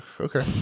okay